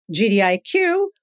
GDIQ